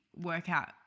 workout